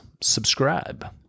subscribe